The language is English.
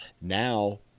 now